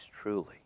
truly